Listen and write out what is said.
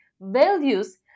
values